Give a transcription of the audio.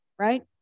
right